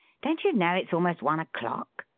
don't you know it's almost one o'clock?